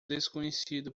desconhecido